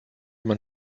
man